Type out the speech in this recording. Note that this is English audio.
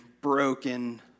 broken